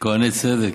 כוהני צדק.